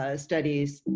ah studies,